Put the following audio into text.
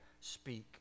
speak